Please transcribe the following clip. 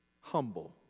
humble